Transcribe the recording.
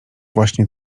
właśnie